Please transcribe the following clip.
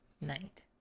night